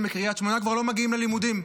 מקריית שמונה כבר לא מגיעים ללימודים.